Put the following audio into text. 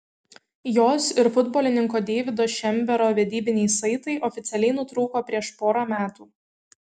jos ir futbolininko deivido šembero vedybiniai saitai oficialiai nutrūko prieš porą metų